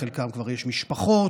לחלקם כבר יש משפחות,